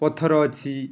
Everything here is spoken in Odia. ପଥର ଅଛି